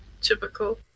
Typical